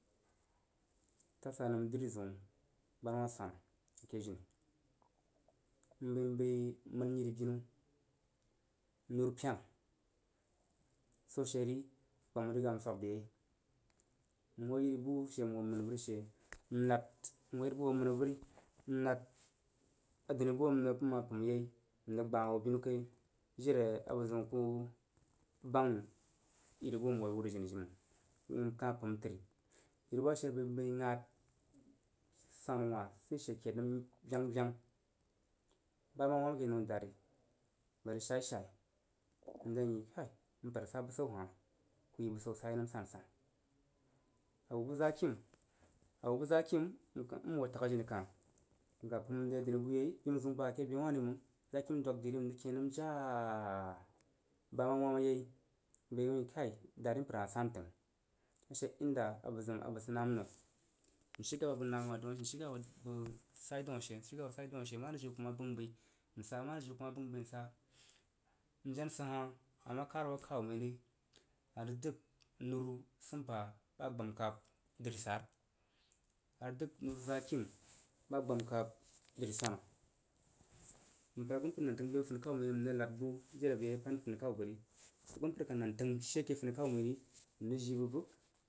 Tasa nəm dri zən gbana wah suana n ho tag ke jini n bəin bəi mənyiribu nuru pena swo she ri gban riga n swab ra yei. N hoo yiribu n hoo mənyori n nne adənobu nma pəmyei rəg gbah hoo binu kai jiri a bəzəun ku bang məng yiri bu amhoo wur jini she məng n kah pəm təri yiri bu ba she n bəi gud sanu wah sidyi she kenəm yengh vengh. Ba ma bəiwə nəu dari məi bəgrəg sha sa, n dan wui kaimpər sa bəsan hah kuyi bəsau sai nəm sansan dan bu zakin abu bu zakim a hoo tag ajini kah n kah pəm re adəni buyei binu zəun ba ke be wah ri məng zakim dwag dri ri n rəg ken dəi nəm ja'aa bəg ma wam yei bəg wui kai dari mpər hah san təng ashe inda abəg zəm abəg rəg nam noi. Nshigaba bəg namiwah n shi gaba bəg sai dan ashe jiu zəun ma bəng bəin sa. Jen sid ha a ma kadbo kaw məiri a rəg dəg nuru simpa rəg gbam kab dri sara arəg dəg nuru zakim ba gbamkab dri swana. m bəg agunpər nan təng nəm bo funikau məi n rəg nad bu jiri abəiye pan funikau bəg agunpərnan təng she ke funikau məi ri n rəg jii bə bəg.